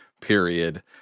period